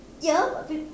ya but peop~